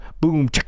Boom